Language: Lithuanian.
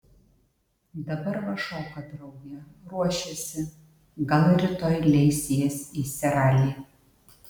dabar va šoka drauge ruošiasi gal rytoj leis jas į seralį